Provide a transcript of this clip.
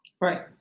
Right